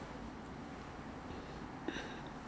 oh Taobao 没有 lah